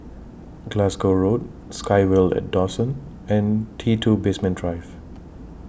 Glasgow Road SkyVille At Dawson and T two Basement Drive